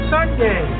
Sunday